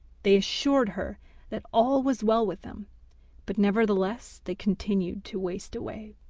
they assured her that all was well with them but, nevertheless, they continued to waste away,